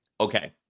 okay